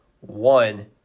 one